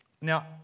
Now